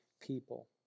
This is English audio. people